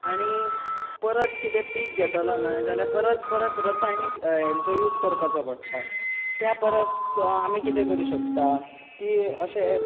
आनी परत कितें पीक घेतलो न्हय जाल्यार परत परत रसायनीक येंचो यूज करपाचो पडटा त्या परस आमी कितें करूंक शकतात की अशें